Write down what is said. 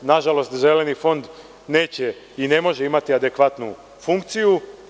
Nažalost, Zeleni fond neće i ne može imati adekvatnu funkciju.